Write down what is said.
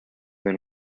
than